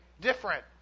different